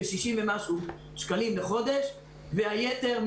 כ-60 שקלים לחודש והיתר,